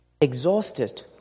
exhausted